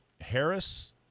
Harris